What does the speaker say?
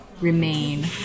remain